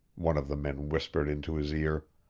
one of the men whispered into his ear.